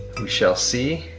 we shall see.